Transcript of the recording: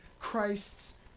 Christ's